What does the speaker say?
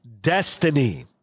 destiny